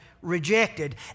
rejected